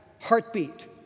heartbeat